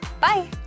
Bye